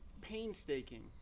painstaking